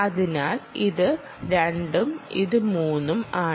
അതിനാൽ ഇത് 2ഉം ഇത് 3ഉം ആണ്